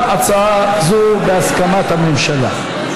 גם הצעה זו היא בהסכמת הממשלה.